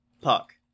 Puck